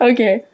Okay